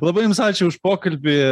labai jums ačiū už pokalbį